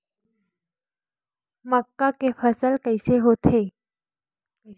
मक्का के फसल कइसे होथे?